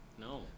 No